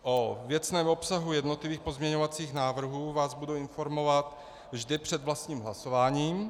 O věcném obsahu jednotlivých pozměňovacích návrhů vás budu informovat vždy před vlastním hlasování.